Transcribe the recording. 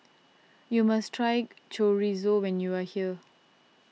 you must try Chorizo when you are here